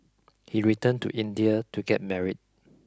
he returned to India to get married